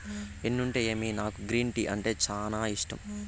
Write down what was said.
ఎన్నుంటేమి నాకు green tea అంటే సానా ఇష్టం